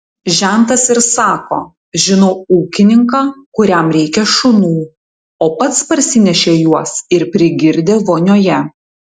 žentas ir sako žinau ūkininką kuriam reikia šunų o pats parsinešė juos ir prigirdė vonioje